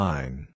Line